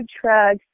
trucks